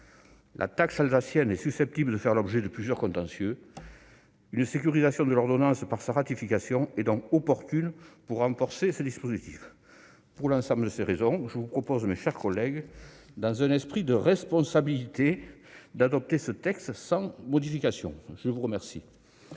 La taxe alsacienne est susceptible de faire l'objet de plusieurs contentieux. Une sécurisation de l'ordonnance par sa ratification est donc opportune pour renforcer ce dispositif. Pour l'ensemble de ces raisons, je vous propose, mes chers collègues, dans un esprit de responsabilité, d'adopter ce texte sans modification. La parole